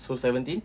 so seventeen